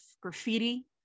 graffiti